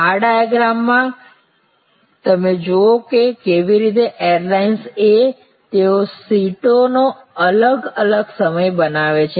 આ ડિયગ્રામ માં તમે જુઓ કે કેવી રીતે એરલાઇન્સ A તેઓ સીટોનો અલગ અલગ સમય બનાવે છે